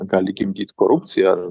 gali gimdyt korupciją ar